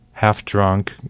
half-drunk